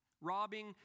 Robbing